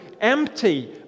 empty